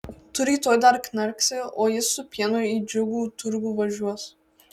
tu rytoj dar knarksi o jis su pienu į džiugų turgų važiuos